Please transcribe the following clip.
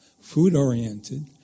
food-oriented